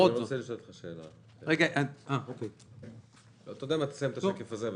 אני רוצה לשאול אותך שאלה תסיים את השקף הזה,